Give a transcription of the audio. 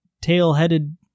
tail-headed